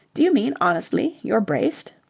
do you mean, honestly, you're braced?